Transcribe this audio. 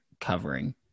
covering